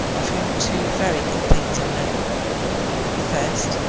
of whom two very good things are known first,